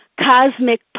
cosmic